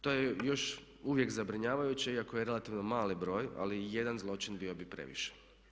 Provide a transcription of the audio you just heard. To je još uvijek zabrinjavajuće iako je relativno mali broj, ali i jedan zločin bio bi previše.